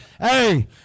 Hey